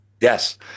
Yes